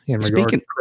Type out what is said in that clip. Speaking